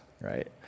right